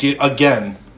again